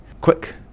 quick